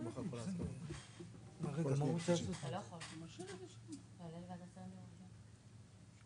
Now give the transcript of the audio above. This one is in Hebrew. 1. בשנות הכספים 2023 ו-2024 יראו כאילו בתקנות ניירות ערך (חיתום),